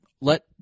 Let